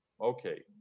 okay